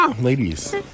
ladies